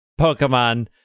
pokemon